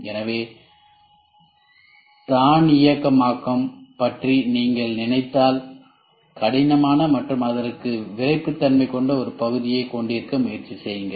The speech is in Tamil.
எனவே தன்னியக்கவாக்கம் பற்றி நீங்கள் நினைத்தால் கடினமான மற்றும் அதற்கு சில விறைப்புத்தன்மை கொண்ட ஒரு பகுதியைக் கொண்டிருக்க முயற்சி செய்யுங்கள்